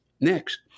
Next